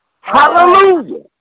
Hallelujah